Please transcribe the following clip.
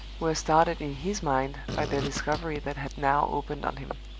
were started in his mind by the discovery that had now opened on him.